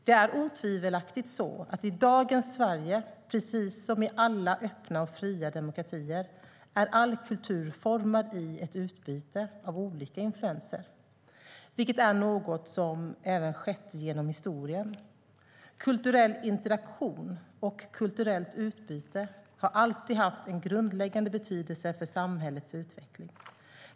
Det är otvivelaktigt så att i dagens Sverige, precis som i alla öppna och fria demokratier, är all kultur formad i ett utbyte av olika influenser, vilket är något som även skett genom historien. Kulturell interaktion och kulturellt utbyte har alltid haft en grundläggande betydelse för samhällets utveckling.